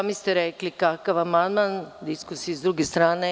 Sami ste rekli kakav amandman, diskusija sa druge strane.